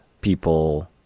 people